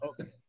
Okay